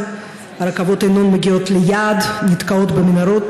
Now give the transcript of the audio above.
שנכנסה לתוקפה ביום חמישי,